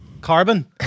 carbon